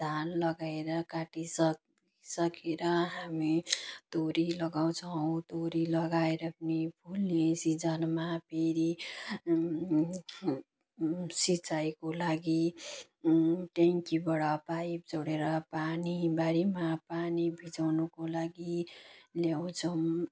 धान लगाएर काटिसके सकेर हामी तोरी लगाउँछौँ तोरी लगाएर हामी फुल्ने सिजनमा फेरि सिँचाइको लागि ट्याङ्कीबाट पाइप जोडेर पानी बारीमा पानी भिजाउनुको लागि ल्याउँछौँ